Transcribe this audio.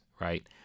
right